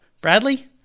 Bradley